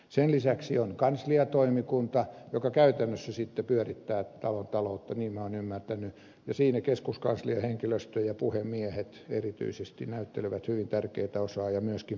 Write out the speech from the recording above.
sen lisäksi on kansliatoimikunta joka käytännössä pyörittää talon taloutta niin olen ymmärtänyt ja siinä keskuskanslian henkilöstö ja puhemiehet erityisesti näyttelevät hyvin tärkeätä osaa ja myöskin pääsihteeri on mukana